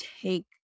take